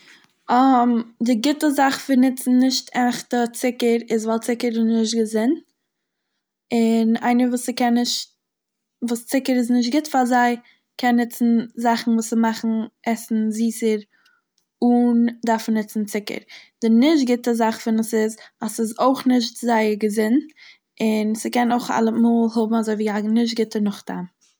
די גוטע זאך פון נוצן נישט עכטע צוקער איז ווייל צוקער איז נישט געזונט, און איינער וואס ס'קען נישט- וואס צוקער איז נישט גוט פאר זיי, קען נוצן זאכן וואס ס'מאכן עסן זיסער אן דארפן נוצן צוקער, די נישט גוטע זאך פון עס איז, אז ס'איז אויך נישט זייער געזונט און ס'קען אויך אלעמאל האבן אזוי ווי א נישט גוטע נאך טעם.